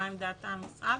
מה עמדת המשרד.